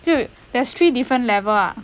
就 there's three different level ah